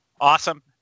awesome